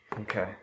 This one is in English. Okay